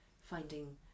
finding